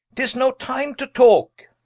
tis no time to talke